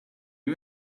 you